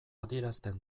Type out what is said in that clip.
adierazten